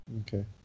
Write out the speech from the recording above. okay